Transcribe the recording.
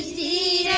the